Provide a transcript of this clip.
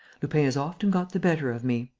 lupin has often got the better of me.